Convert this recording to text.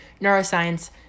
neuroscience